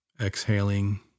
Exhaling